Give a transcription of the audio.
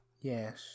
Yes